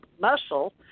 muscle